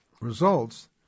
results